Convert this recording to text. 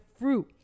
fruit